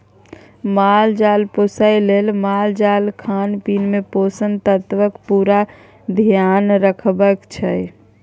माल जाल पोसय लेल मालजालक खानपीन मे पोषक तत्वक पुरा धेआन रखबाक चाही